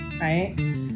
right